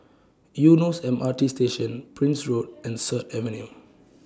Eunos M R T Station Prince Road and Sut Avenue